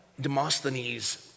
Demosthenes